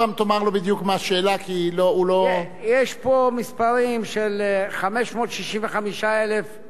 יש פה מספרים של 565,000 זימונים שנשלחו לנהגים